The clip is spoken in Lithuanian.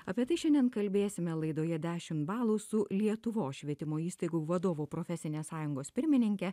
apie tai šiandien kalbėsime laidoje dešimt balų su lietuvos švietimo įstaigų vadovų profesinės sąjungos pirmininke